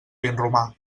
vinromà